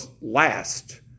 last